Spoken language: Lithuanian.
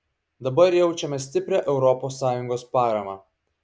dabar jaučiame stiprią europos sąjungos paramą